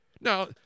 Now